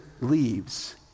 leaves